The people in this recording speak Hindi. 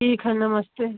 ठीक है नमस्ते